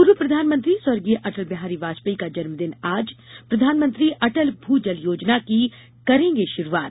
पूर्व प्रधानमंत्री स्वर्गीय अटल बिहारी वाजपेयी का जन्मदिन आज प्रधानमंत्री अटल भू जल योजना की करेंगे शुरूआत